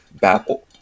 babble